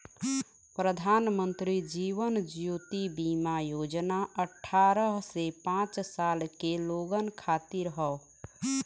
प्रधानमंत्री जीवन ज्योति बीमा योजना अठ्ठारह से पचास साल के लोगन खातिर हौ